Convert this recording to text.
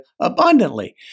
abundantly